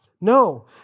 No